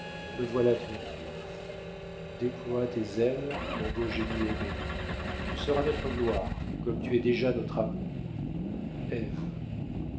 me voilà tranquille déploie tes ailes mon beau génie aimé tu seras notre gloire comme tu es déjà notre amour